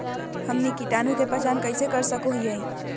हमनी कीटाणु के पहचान कइसे कर सको हीयइ?